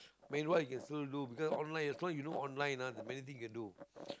meanwhile you can still do because online as long as you know online many things you can do